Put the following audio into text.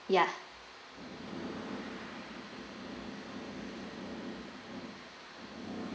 ya